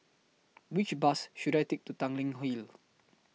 Which Bus should I Take to Tanglin Hill